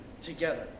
together